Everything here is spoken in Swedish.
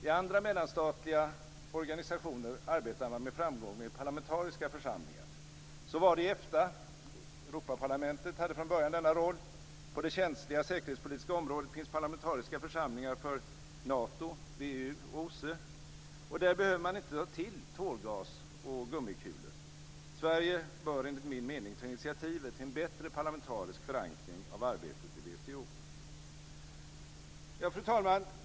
I andra mellanstatliga organisationer arbetar man med framgång med parlamentariska församlingar. Så var det i EFTA, och Europaparlamentet hade från början denna roll. På det känsliga säkerhetspolitiska området finns parlamentariska församlingar för NATO, VEU och OSSE, och där behöver man inte ta till tårgas och gummikulor. Sverige bör enligt min mening ta initiativet till en bättre parlamentarisk förankring av arbetet i WTO. Fru talman!